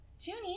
Junie